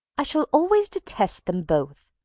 i shall always detest them both.